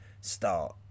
start